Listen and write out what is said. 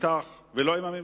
אתך ולא עם הממשלה.